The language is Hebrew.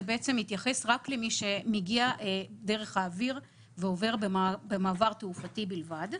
זה מתייחס רק למי שמגיע דרך האוויר ועובר במעבר תעופתי בלבד.